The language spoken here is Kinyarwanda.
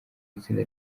itsinda